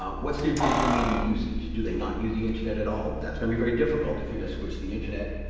um what's their digital media usage? do they not use the internet at all? that's gonna be very difficult, if you're gonna switch the internet,